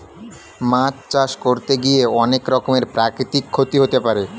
মাছ চাষ করতে গিয়ে অনেক রকমের প্রাকৃতিক ক্ষতি হতে পারে